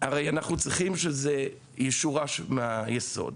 אנחנו צריכים שזה ישורש מהיסוד.